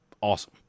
awesome